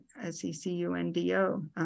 S-E-C-U-N-D-O